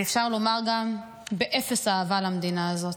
ואפשר לומר גם באפס אהבה למדינה הזאת.